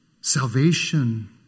salvation